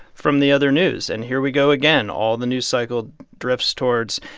from the other news. and here we go again. all the news cycle drifts towards,